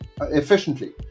efficiently